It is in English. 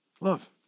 love